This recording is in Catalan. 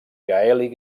gaèlic